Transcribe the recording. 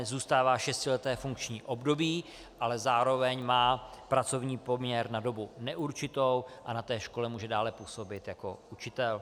Zůstává šestileté funkční období, ale zároveň má pracovní poměr na dobu neurčitou a na té škole může dále působit i jako učitel.